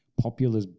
popular